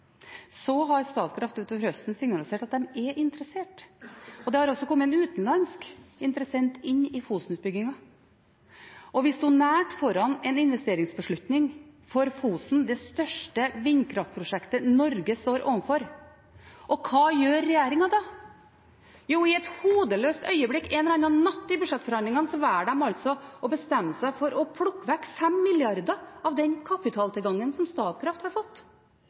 Så har Statkraft utover høsten signalisert at de er interessert. Det har også kommet en utenlandsk interessent inn i Fosenutbyggingen. Vi står nært foran en investeringsbeslutning for Fosen, det største vindkraftprosjektet Norge står overfor. Hva gjør regjeringen da? Jo, i et hodeløst øyeblikk en eller annen natt i budsjettforhandlingene velger de å bestemme seg for å plukke vekk 5 mrd. kr av den kapitaltilgangen som Statkraft har fått.